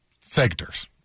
sectors